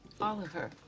Oliver